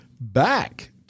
back